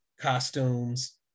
costumes